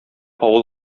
авыл